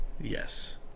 yes